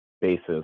basis